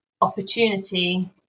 opportunity